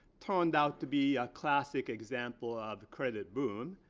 turned out to be a classic example of a credit boon,